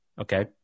Okay